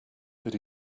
but